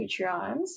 Patreons